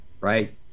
right